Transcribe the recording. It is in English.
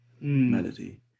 melody